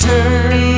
Turn